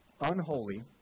unholy